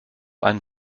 einen